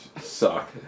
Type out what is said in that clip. Suck